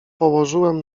położyłem